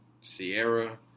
Sierra